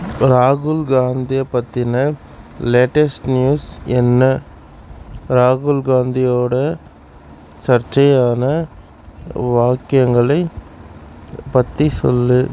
ராகுல் காந்தியை பற்றின லேட்டஸ்ட் நியூஸ் என்ன ராகுல் காந்தியோட சர்ச்சையான வாக்கியங்களைப் பற்றி சொல்